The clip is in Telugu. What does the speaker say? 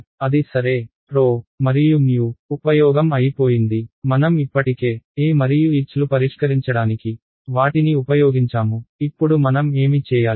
అది సరే ρ మరియు ఉపయోగం అయిపోయింది మనం ఇప్పటికే E మరియు H లు పరిష్కరించడానికి వాటిని ఉపయోగించాము ఇప్పుడు మనం ఏమి చేయాలి